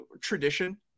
tradition